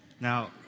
Now